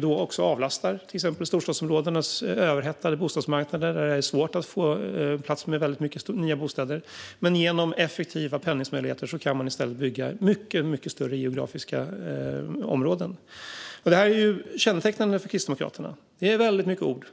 Då avlastas också storstadsområdenas överhettade bostadsmarknader, där det är svårt att få plats med många nya bostäder. Genom effektiva pendlingsmöjligheter kan man i stället bygga mycket större geografiska områden. Detta är kännetecknande för Kristdemokraterna. Det är väldigt mycket ord.